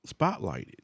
spotlighted